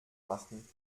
machen